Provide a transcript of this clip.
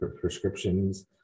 prescriptions